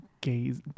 Gaze